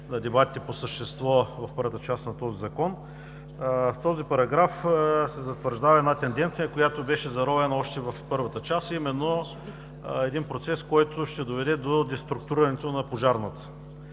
на дебатите по същество в първата част на този Закон, в този параграф се затвърждава тенденция, която беше заровена още в първата част – именно един процес, който ще доведе до деструктурирането на Пожарната